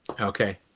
Okay